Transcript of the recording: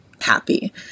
happy